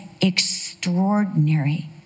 extraordinary